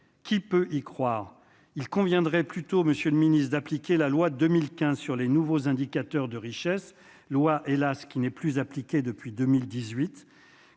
qui peut y croire, il conviendrait plutôt Monsieur le Ministre, d'appliquer la loi 2015, sur les nouveaux indicateurs de richesse loi et là, ce qui n'est plus appliquée depuis 2018,